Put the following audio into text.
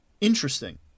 interesting